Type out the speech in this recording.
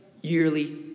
yearly